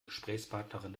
gesprächspartnerin